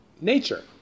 nature